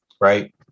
Right